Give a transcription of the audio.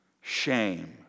shame